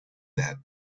that